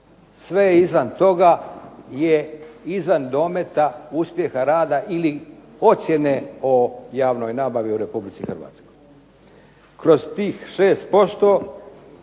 Sve izvan toga je izvan dometa uspjeha rada ili ocjene o javnoj nabavi u REpublici Hrvatskoj. Kroz tih 6%